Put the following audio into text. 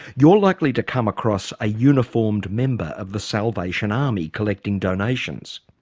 you're likely to come across a uniformed member of the salvation army collecting donations.